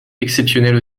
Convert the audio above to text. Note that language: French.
exceptionnelle